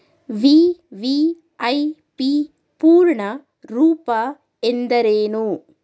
VVIP ಪೂರ್ಣ ರೂಪ ಎಂದರೇನು?